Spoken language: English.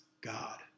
God